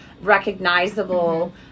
recognizable